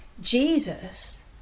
Jesus